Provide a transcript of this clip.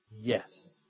Yes